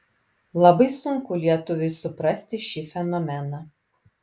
labai sunku lietuviui suprasti šį fenomeną